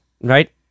right